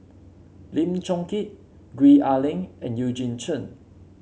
Lim Chong Keat Gwee Ah Leng and Eugene Chen